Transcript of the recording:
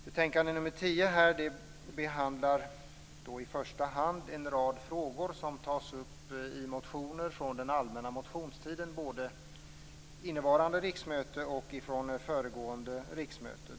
Betänkande nr 10 behandlar i första hand en rad frågor som tas upp i motioner från den allmänna motionstiden, både från innevarande riksmöte och från föregående.